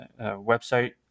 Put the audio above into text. website